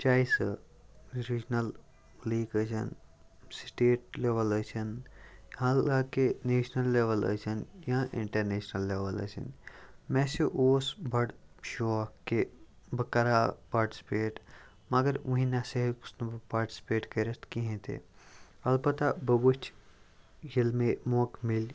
چاہے سۄ regional league ٲسِن سٹیٹ لیٚوَل ٲسِن حالانٛکہِ نیشنَل لیٚوَل ٲسِن یا اِنٹَرنیشنَل لیٚوَل ٲسِن مےٚ ہسا اوس بَڑٕ شوق کہِ بہٕ کَرٕ ہا پارٹِسپیٹ مگر وُنہِ نَہ سا ہیٛوٛکُس نہٕ بہٕ پارٹسِپیٹ کٔرِتھ کِہیٖنۍ تہِ البتہ بہٕ وُچھہِ ییٚلہِ مےٚ موقع میلہِ